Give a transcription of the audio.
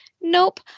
nope